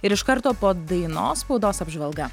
ir iš karto po dainos spaudos apžvalga